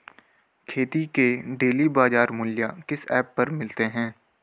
खेती के डेली बाज़ार मूल्य किस ऐप पर मिलते हैं?